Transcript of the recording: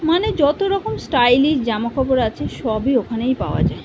মানে যত রকম স্টাইলিশ জামা কাপড় আছে সবই ওখানেই পাওয়া যায়